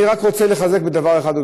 אני רק רוצה לחזק דבר אחד,